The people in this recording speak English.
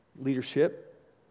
leadership